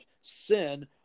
sin